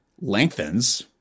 lengthens